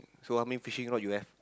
so how many fishing rod you have